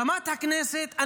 ברמת הכנסת,